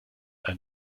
ein